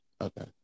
Okay